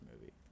movie